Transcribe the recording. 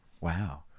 Wow